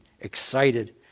excited